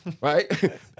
right